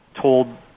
told